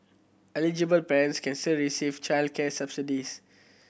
eligible parents can still receive childcare subsidies